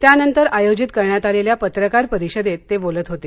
त्यानंतर आयोजित करण्यात आलेल्या पत्रकार परिषदेत ते बोलत होते